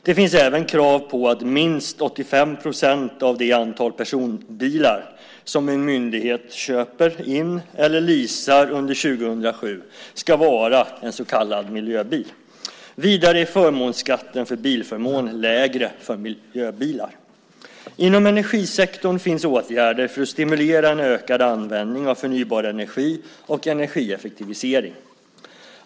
Det finns även krav på att minst 85 % av det antal personbilar som en myndighet köper in eller leasar under 2007 ska vara så kallade miljöbilar. Vidare är förmånsskatten för bilförmån lägre för miljöbilar. Inom energisektorn finns åtgärder för att stimulera en ökad användning av förnybar energi och energieffektivisering.